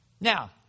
Now